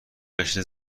قشر